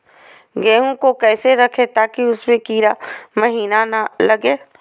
गेंहू को कैसे रखे ताकि उसमे कीड़ा महिना लगे?